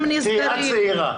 תראי, את צעירה.